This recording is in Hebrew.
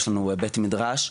יש לנו בית מדרש,